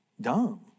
dumb